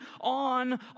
on